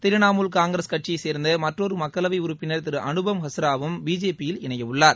திரணமூல் காங்கிரஸ் கட்சியைச் சேர்ந்த மற்றொரு மக்களவை உறுப்பினர் திரு அனுப்பம் ஹஷ்ராவும் பிஜேபி யில் இணையவுள்ளார்